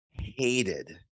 hated